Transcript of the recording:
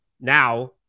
Now